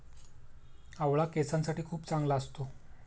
आवळा केसांसाठी खूप चांगला असतो